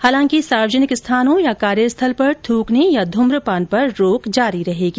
हालांकि सार्वजनिक स्थानों या कार्यस्थल पर थूकने या धूम्रपान पर रोक जारी रहेगी